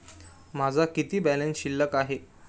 माझा किती बॅलन्स शिल्लक आहे?